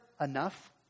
enough